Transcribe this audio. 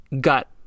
got